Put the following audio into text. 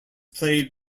played